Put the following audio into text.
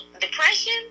Depression